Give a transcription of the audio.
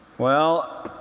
well,